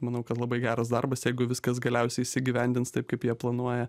manau kad labai geras darbas jeigu viskas galiausiai įsigyvendins taip kaip jie planuoja